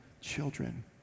children